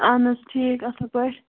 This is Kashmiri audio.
اَہَن حظ ٹھیٖک اَصٕل پٲٹھۍ